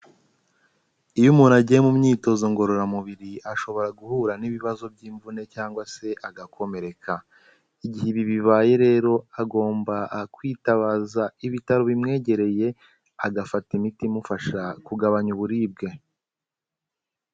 Iyo umuntu agiye mu myitozo ngororamubiri ashobora guhura n'ibibazo by'imvune cyangwa se agakomereka. Igihe ibi bibaye rero agomba kwitabaza ibitaro bimwegereye agafata imiti imufasha kugabanya uburibwe.